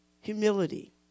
humility